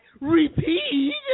repeat